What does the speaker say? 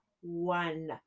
one